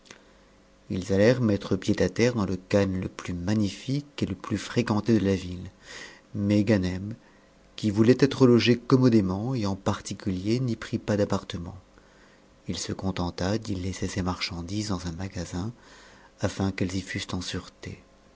ils allèrent mettre pied à terre dans le khan le plus magnifique et le plus fréquenté de la ville mais ganem qui voulait être logé commodément et en particulier n'y prit pas d'appartement il se contenta d'y laisser ses marchandises dans un magasin afin qu'elles y fussent en sûreté